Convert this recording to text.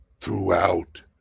throughout